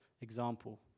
example